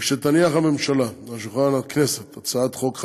כשתניח הממשלה על שולחן הכנסת הצעת חוק חדשה,